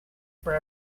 for